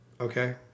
okay